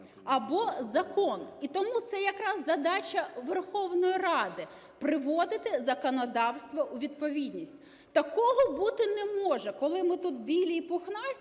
або закон. І тому це якраз задача Верховної Ради - приводити законодавство у відповідність. Такого бути не може, коли ми тут - білі і пухнасті,